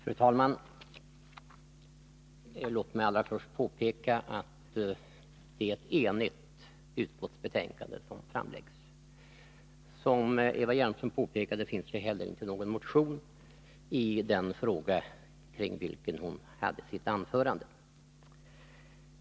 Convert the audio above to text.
Fru talman! Låt mig allra först påpeka att det är ett enhälligt utskottsbetänkande som framläggs. Som Eva Hjelmström påpekade finns det heller inte någon motion i den fråga som hon tog upp i sitt anförande.